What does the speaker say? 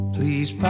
Please